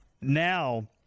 now